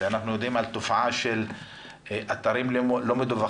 אנחנו יודעים על תופעה של אתרים לא מדווחים.